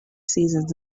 seasons